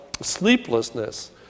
sleeplessness